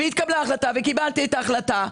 התקבלה החלטה וקיבלתי את ההחלטה.